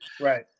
Right